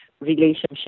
relationship